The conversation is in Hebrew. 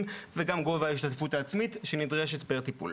וגם גובה ההשתתפות העצמית שנדרשת לכל טיפול.